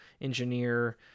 engineer